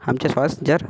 आमचा श्वास जर